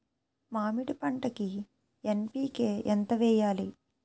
మామిడి పంటకి ఎన్.పీ.కే ఎంత వెయ్యాలి?